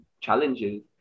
challenges